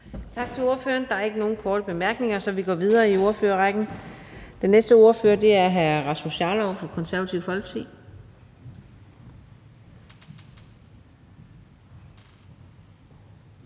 Tak til ordføreren. Der er ikke nogen korte bemærkninger, så vi går videre i ordførerrækken. Den næste ordfører er hr. Rasmus Jarlov fra Det Konservative Folkeparti.